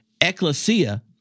ecclesia